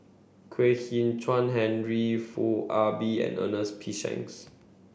Kwek Hian Chuan Henry Foo Ah Bee and Ernest P Shanks